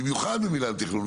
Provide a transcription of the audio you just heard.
במיוחד במנהל התכנון,